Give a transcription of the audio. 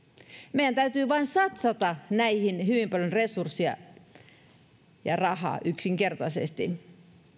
meidän täytyy vain satsata näihin hyvin paljon resursseja ja rahaa yksinkertaisesti